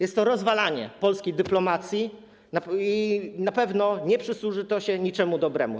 Jest to rozwalanie polskiej dyplomacji i na pewno nie przysłuży się to niczemu dobremu.